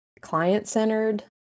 client-centered